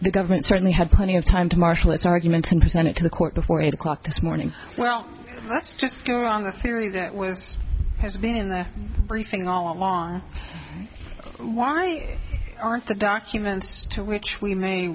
the government certainly had plenty of time to marshal its arguments and present it to the court before eight o'clock this morning well let's just go on the theory that was has been in the briefing all along why aren't the documents to which we may